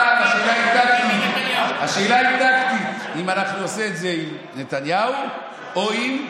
עכשיו השאלה היא טקטית: האם אנחנו נעשה את זה עם נתניהו או עם,